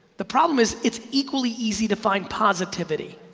the problem is it's equally easy to find positivity.